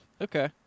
okay